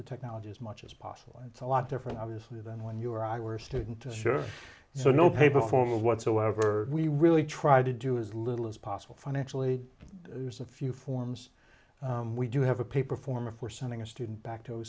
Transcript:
the technology as much as possible and a lot different obviously than when you or i were student assures so no paper for whatsoever we really try to do as little as possible financially there's a few forms we do have a paper form of we're sending a student back to